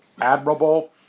admirable